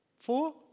Four